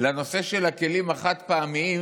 לנושא של הכלים החד-פעמיים,